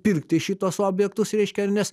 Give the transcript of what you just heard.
pirkti šituos objektus reiškia nes